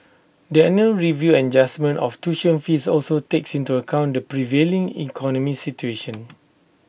the annual review and adjustment of tuition fees also takes into account the prevailing economic situation